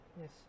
Yes